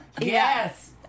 yes